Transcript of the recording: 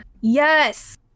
Yes